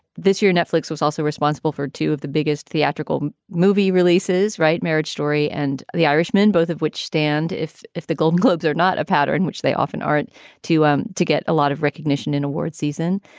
this year, netflix was also responsible for two of the biggest theatrical movie releases, right marriage story and the irishman, both of which stand if if the golden globes are not a pattern, which they often aren't too um to get a lot of recognition in awards season.